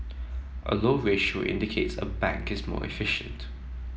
a low ratio indicates a bank is more efficient